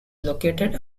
located